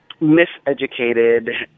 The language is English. miseducated